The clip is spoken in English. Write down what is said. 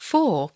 Four